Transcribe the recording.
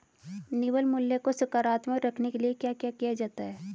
निवल मूल्य को सकारात्मक रखने के लिए क्या क्या किया जाता है?